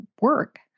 work